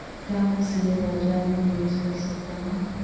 क्या मैं शेयर बाज़ार में निवेश कर सकता हूँ?